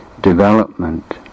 development